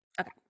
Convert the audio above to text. Okay